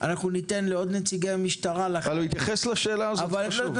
ניתן לעוד נציגים מהמשטרה להתייחס לאחר מכן.